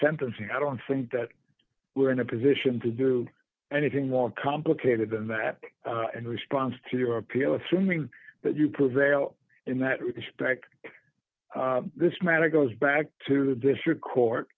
sentencing i don't think that we are in a position to do anything more complicated than that in response to your appeal assuming that you possess in that respect this matter goes back to the district court